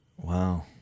Wow